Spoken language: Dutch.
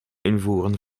invoeren